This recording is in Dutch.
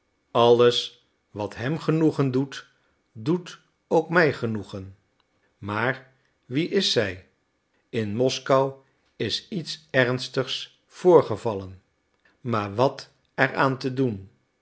alles wat hem genoegen doet doet ook mij genoegen maar wie is zij in moskou is iets ernstigs voorgevallen maar wat er aan te doen